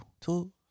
two